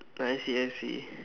I see I see